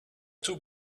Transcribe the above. two